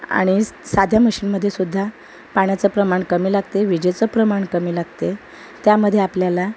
आणि साध्या मशीनमध्ये सुद्धा पाण्याचं प्रमाण कमी लागते विजेचं प्रमाण कमी लागते त्यामध्ये आपल्याला